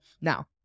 Now